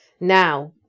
Now